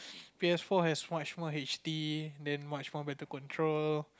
P_S-four has much more H_D and then much more better control